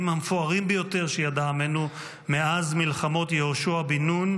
המפוארים ביותר שידע עמנו מאז מלחמות יהושע בן נון,